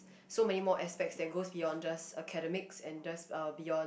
so many more aspects that goes beyond just academics and just uh beyond